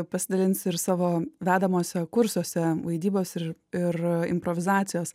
pasidalinsiu ir savo vedamuose kursuose vaidybos ir ir improvizacijos